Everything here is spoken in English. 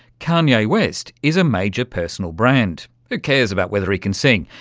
kanye west is a major personal brand. who cares about whether he can sing.